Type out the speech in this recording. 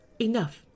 Enough